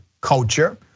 culture